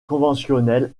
conventionnelle